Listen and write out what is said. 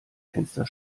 fenster